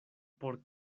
por